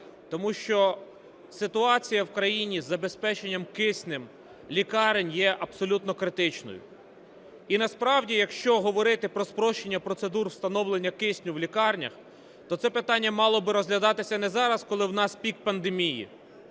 тому що ситуація в країні із забезпеченням киснем лікарень є абсолютно критичною. І насправді, якщо говорити про спрощення процедур встановлення кисню в лікарнях, то це питання мало би розглядатися не зараз, коли в нас пік пандемії,